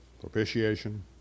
Propitiation